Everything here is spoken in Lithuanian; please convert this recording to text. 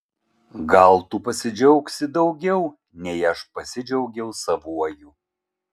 gal tu pasidžiaugsi daugiau nei aš pasidžiaugiau savuoju